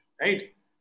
right